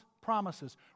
promises